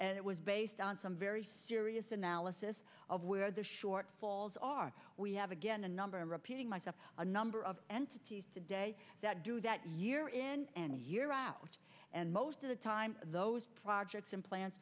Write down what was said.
and it was based on some very serious analysis of where the shortfalls are we have again a number of repeating myself a number of entities today that do that year in and year out and most of the time those projects implants